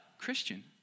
Christian